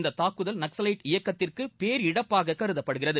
இந்த தாக்குதல் நக்சலைட்டு இயக்கத்திற்கு பேரிழப்பாக கருதப்படுகிறது